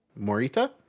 Morita